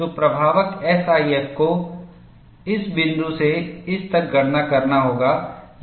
तो प्रभावक एसआईएफ को इस बिंदु से इस तक गणना करना होगा